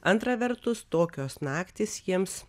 antra vertus tokios naktys jiems